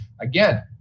Again